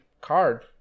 card